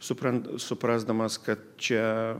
suprant suprasdamas kad čia